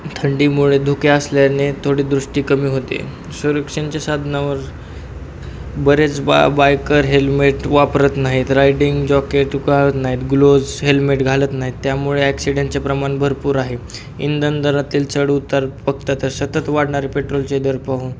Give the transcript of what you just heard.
थंडीमुळे धुके असल्याने थोडी दृष्टी कमी होते संरक्षणाच्या साधनावर बरेच बा बायकर हेल्मेट वापरत नाहीत रायडिंग जॉकेट उकाळत नाहीत ग्लोच हेल्मेट घालत नाहीत त्यामुळे ॲक्सिडेंटचे प्रमाण भरपूर आहे इंधन दरातील चढ उतार बघता तर सतत वाढणारे पेट्रोलचे दर पाहून